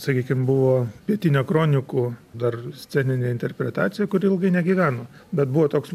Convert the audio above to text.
sakykim buvo pietinio kronikų dar sceninė interpretacija kuri ilgai negyveno bet buvo toks